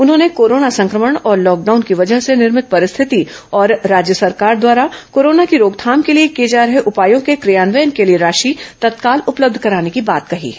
उन्होंने कोरोना संक्रमण और लॉकडाउन की वजह से निर्मित परिस्थिति और राज्य सरकार द्वारा कोरोना की रोकथाम के लिए किए जा रहे उपायों के क्रियान्वयन के लिए राशि तत्काल उपलब्ध कराने की बात कही है